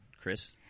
Chris